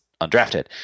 undrafted